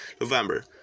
November